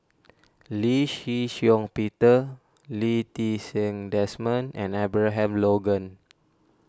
Lee Shih Shiong Peter Lee Ti Seng Desmond and Abraham Logan